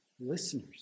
listeners